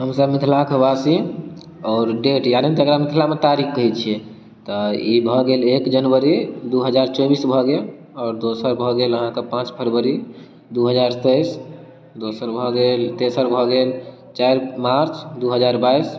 हमसब मिथिलाकवासी आओर डेट यानि मिथलामे तारिक कहै छियै तऽ ई भऽ गेल एक जनवरी दू हजार चौबीस भऽ गेल आओर दोसर भऽ गेल अहाँके पाँच फरबरी दू हजार तइस दोसर भऽ गेल ई तेसर भऽ गेल चारि मार्च दू हजार बाइस